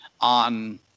on